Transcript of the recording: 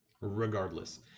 regardless